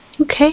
Okay